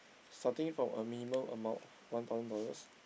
starting from a minimal amount of one thousand dollars